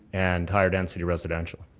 and higher density residential.